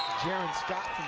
jerren scott,